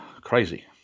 crazy